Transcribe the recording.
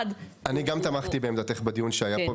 --- אני גם תמכתי בעמדתך בדיון שהיה פה,